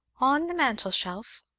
on the mantelshelf!